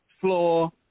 floor